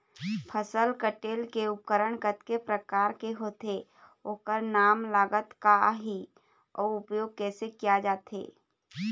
फसल कटेल के उपकरण कतेक प्रकार के होथे ओकर नाम लागत का आही अउ उपयोग कैसे किया जाथे?